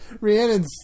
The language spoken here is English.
Rhiannon's